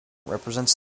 represents